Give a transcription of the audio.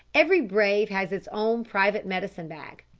every brave has his own private medicine bag.